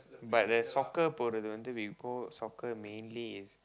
but there's soccer we go soccer mainly is